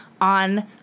on